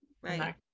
Right